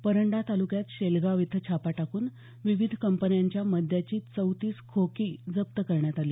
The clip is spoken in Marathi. परंडा तालुक्यात शेलगाव इथं छापा टाकून विविध कंपन्यांच्या मद्याचे चौतीस खोके जप्त करण्यात आले